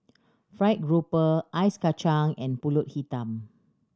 fried grouper ice kacang and Pulut Hitam